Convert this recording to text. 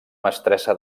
mestressa